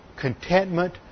contentment